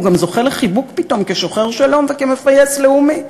הוא גם זוכה לחיבוק פתאום כשוחר שלום וכמפייס לאומי,